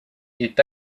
est